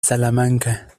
salamanca